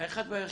האחד והיחיד,